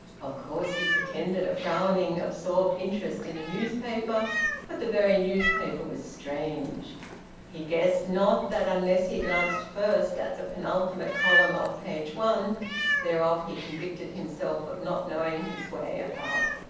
of course he pretended a frowning, absorbed interest in a newspaper but the very newspaper was strange he guessed not that unless he glanced first at the penultimate column of page one thereof he convicted himself of not knowing his way about.